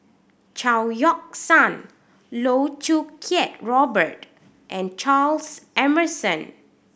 Chao Yoke San Loh Choo Kiat Robert and Charles Emmerson